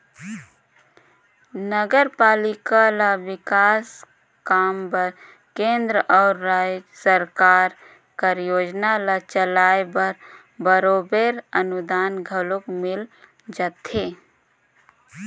नगरपालिका ल बिकास काम बर केंद्र अउ राएज सरकार कर योजना ल चलाए बर बरोबेर अनुदान घलो मिल जाथे